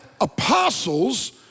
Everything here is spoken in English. apostles